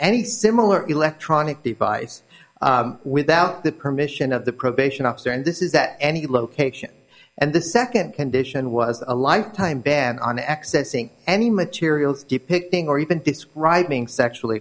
any similar electronic device without the permission of the probation officer and this is that any location and the second condition was a lifetime ban on accessing any materials depicting or even describing sexually